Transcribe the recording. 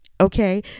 Okay